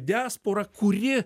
diaspora kuri